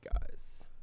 guys